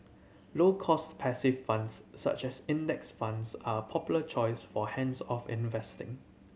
low cost passive funds such as Index Funds are a popular choice for hands off investing